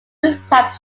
rooftop